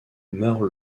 meurt